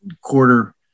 quarter